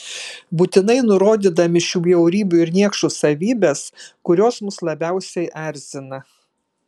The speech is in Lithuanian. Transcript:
būtinai nurodydami šių bjaurybių ir niekšų savybes kurios mus labiausiai erzina